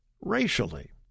racially